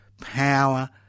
Power